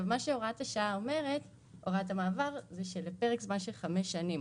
מה שהוראת המעבר אומרת זה שלפרק זמן של חמש שנים